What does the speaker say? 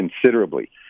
considerably